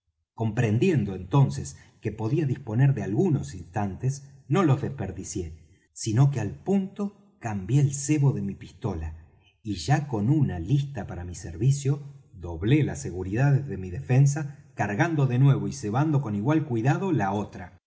comprendiendo entonces que podía disponer de algunos instantes no los desperdicié sino que al punto cambié el cebo de mi pistola y ya con una lista para servicio doblé las seguridades de mi defensa cargando de nuevo y cebando con igual cuidado la otra